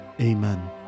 Amen